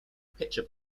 pitcher